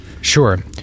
Sure